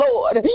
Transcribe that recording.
Lord